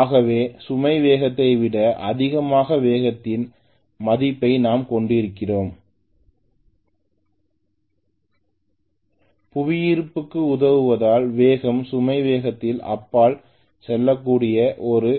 ஆகவே சுமை வேகத்தை விட அதிகமான வேகத்தின் மதிப்பை நான் கொண்டிருக்கும்போது புவியீர்ப்புக்கு உதவுவதால் வேகம் சுமை வேகத்திற்கு அப்பால் செல்லக்கூடிய ஒரு